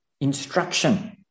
instruction